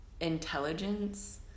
intelligence